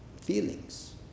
feelings